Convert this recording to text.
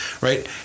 Right